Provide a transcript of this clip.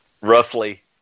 roughly